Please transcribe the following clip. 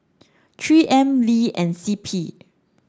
three M Lee and C P